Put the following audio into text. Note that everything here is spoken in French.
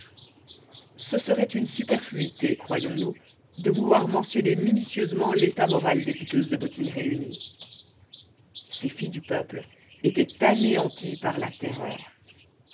ce serait une superfluité croyons-nous de vouloir mentionner minutieusement l'état moral des piqueuses de bottines réunies ces filles du peuple étaient anéanties par la terreur